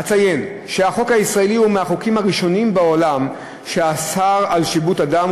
אציין שהחוק הישראלי הוא מהחוקים הראשונים בעולם שאסרו שיבוט אדם,